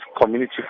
community